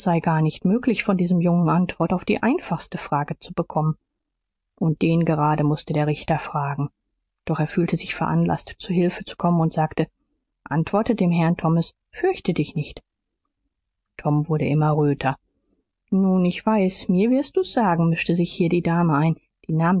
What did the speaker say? gar nicht möglich von diesem jungen antwort auf die einfachste frage zu bekommen und den gerade mußte der richter fragen doch fühlte er sich veranlaßt zu hilfe zu kommen und sagte antworte dem herrn thomas fürchte dich nicht tom wurde immer röter nun ich weiß mir wirst du es sagen mischte sich hier die dame ein die namen